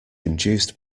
induced